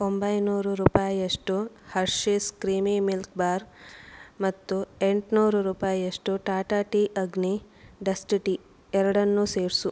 ಒಂಬೈನೂರು ರೂಪಾಯಿಯಷ್ಟು Hershey's creamy milk bar ಮತ್ತು ಎಂಟುನೂರು ರೂಪಾಯಿಯಷ್ಟು Tata tea Agni dust tea ಎರಡನ್ನೂ ಸೇರಿಸು